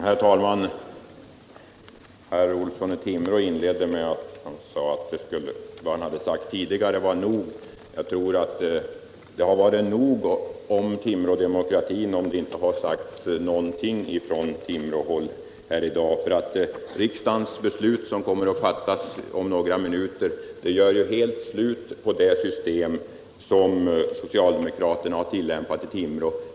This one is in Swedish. Herr talman! Herr Olsson i Timrå inledde med att säga att vad han sagt tidigare borde vara nog. Jag tror att det hade varit nog om Timrådemokratin, om det inte hade sagts någonting från Timråhåll här i dag. Riksdagens beslut, som kommer att fattas om några minuter, gör ju helt slut på det system som socialdemokraterna har tillämpat i Timrå.